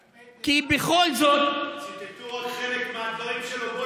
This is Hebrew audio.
האמת, אחמד, ציטטו רק חלק מהדברים שלו.